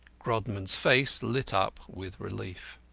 grodman's face lit up with relief.